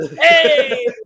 Hey